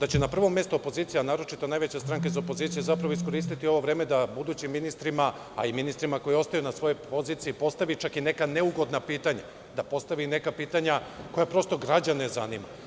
da će na prvom mestu opozicija, naročito najveća stranka iz opozicije, zapravo iskoristiti ovo vreme da budućim ministrima, a i ministrima koji ostaju na svojoj poziciji, postavi čak i neka neugodna pitanja, da postavi neka pitanja koja prosto građane zanimaju.